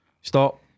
Stop